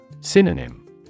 Synonym